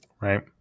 right